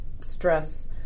stress